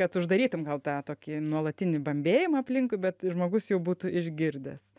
kad uždarytum gal tą tokį nuolatinį bambėjimą aplinkui bet žmogus jau būtų išgirdęs